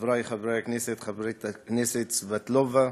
חברי חברי הכנסת, חברת הכנסת סבטלובה,